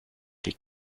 les